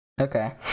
Okay